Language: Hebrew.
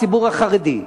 הציבור החרדי,